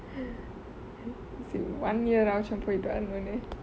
one year-aa macam போய்ட்டு வானொனெ:pooitduvaa none